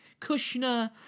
Kushner